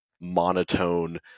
monotone